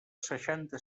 seixanta